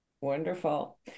Wonderful